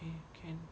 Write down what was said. okay can